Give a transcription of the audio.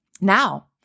Now